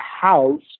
house